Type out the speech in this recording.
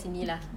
okay